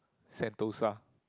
Sentosa